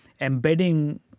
embedding